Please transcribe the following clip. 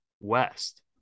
West